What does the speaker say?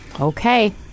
okay